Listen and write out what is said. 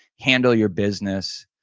handle your business.